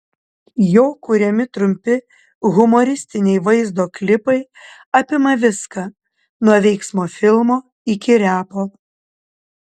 jo kuriami trumpi humoristiniai vaizdo klipai apima viską nuo veiksmo filmo iki repo